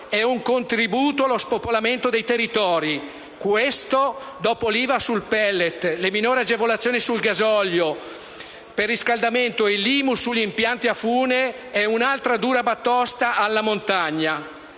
è un contributo allo spopolamento dei territori. Questo, dopo l'IVA sul pellet, le minori agevolazioni sul gasolio per riscaldamento e l'IMU sugli impianti a fune è un'altra dura batosta alla montagna.